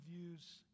views